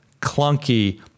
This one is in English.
clunky